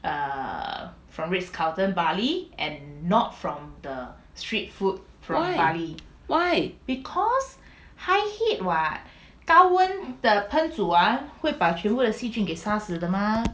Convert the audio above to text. why